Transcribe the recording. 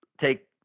take